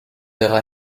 vera